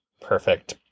perfect